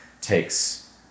takes